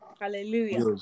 Hallelujah